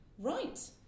Right